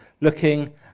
looking